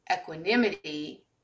equanimity